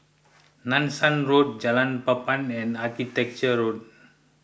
Nanson Road Jalan Papan and Architecture Drive